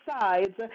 sides